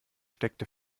steckte